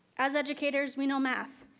as educators, we know math,